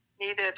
needed